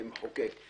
המחוקק.